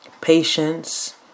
patience